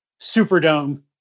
Superdome